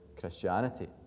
Christianity